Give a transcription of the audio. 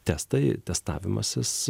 testai testavimasis